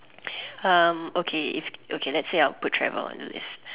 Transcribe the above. um okay if okay let's say I'll put travel on the list